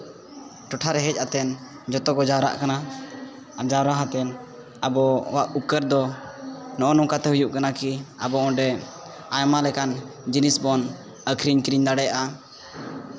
ᱴᱚᱴᱷᱟᱨᱮ ᱦᱮᱡ ᱠᱟᱛᱮᱫ ᱡᱚᱛᱚ ᱠᱚ ᱡᱟᱣᱨᱟᱜ ᱠᱟᱱᱟ ᱟᱨ ᱡᱟᱣᱨᱟ ᱠᱟᱛᱮᱫ ᱟᱵᱚᱣᱟᱜ ᱩᱯᱠᱟᱹᱨ ᱫᱚ ᱱᱚᱜᱼᱚ ᱱᱚᱝᱠᱟᱛᱮ ᱦᱩᱭᱩᱜ ᱠᱟᱱᱟ ᱠᱤ ᱟᱵᱚ ᱚᱸᱰᱮ ᱟᱭᱢᱟ ᱞᱮᱠᱟᱱ ᱡᱤᱱᱤᱥ ᱵᱚᱱ ᱟᱹᱠᱷᱤᱨᱤᱧᱼᱠᱤᱨᱤᱧ ᱫᱟᱲᱮᱭᱟᱜᱼᱟ